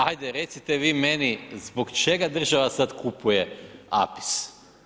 Ajde recite vi meni zbog čega država sad kupuje APIS?